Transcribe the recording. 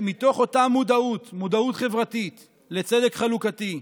מתוך אותה מודעות, מודעות חברתית לצדק חלוקתי,